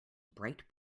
bright